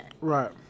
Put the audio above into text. Right